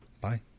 Bye